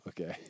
okay